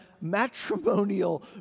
matrimonial